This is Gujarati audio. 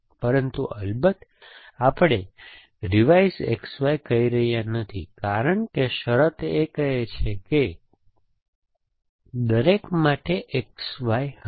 પરંતુ અલબત્ત આપણે રિવાઇઝ XZ કહી રહ્યા નથી કારણ કે શરત કહે છે કે દરેક માટે X Y હતા